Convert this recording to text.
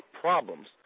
problems